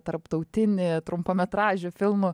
tarptautinį trumpametražių filmų